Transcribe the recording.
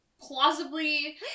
plausibly